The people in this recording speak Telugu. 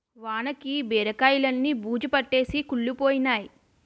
వానకి బీరకాయిలన్నీ బూజుపట్టేసి కుళ్లిపోయినై